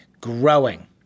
growing